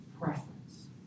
preference